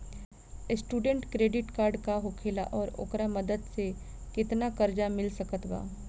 Student credit card का होखेला और ओकरा मदद से केतना कर्जा मिल सकत बा?